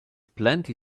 plenty